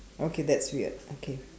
okay that's weird okay